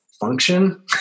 function